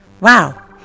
Wow